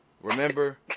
Remember